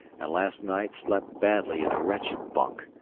and last night slept badly in a wretched bunk,